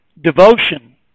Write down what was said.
devotion